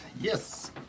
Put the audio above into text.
Yes